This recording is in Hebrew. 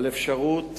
בשל האפשרות